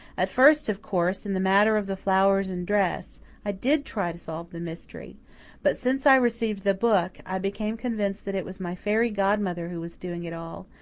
at first, of course, in the matter of the flowers and dress, i did try to solve the mystery but, since i received the book, i became convinced that it was my fairy godmother who was doing it all,